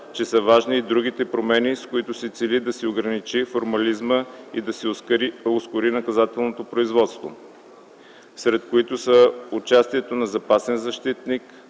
че са важни и другите промени, с които се цели да се ограничи формализмът и да се ускори наказателното производство, сред които са участието на запасен защитник,